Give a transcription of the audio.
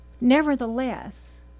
nevertheless